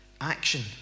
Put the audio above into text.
action